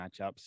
matchups